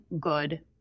good